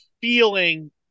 feeling